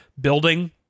building